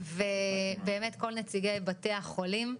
ובאמת כל נציגי בתי החולים,